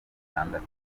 atandatu